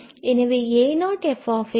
எனவே a0 f